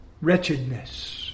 Wretchedness